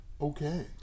okay